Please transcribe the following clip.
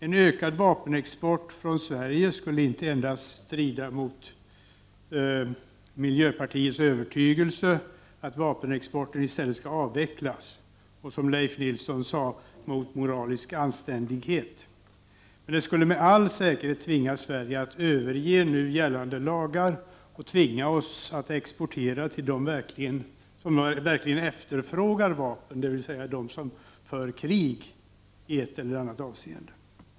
En ökad export av vapen från Sverige skulle inte endast strida mot miljöpartiets övertygelse att vapenexporten i stället skall avvecklas och, som Rolf L Nilson sade, mot moralisk anständighet. En ökning av vapenexporten skulle dessutom med all säkerhet tvinga Sverige att alltmer överge nu gällande lagar och tvinga oss att exportera till dem som verkligen efterfrågar vapen, dvs. de som för krig i ett eller annat avseende.